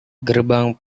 gerbang